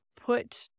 put